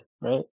right